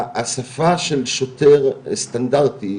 השפה של שוטר סטנדרטי,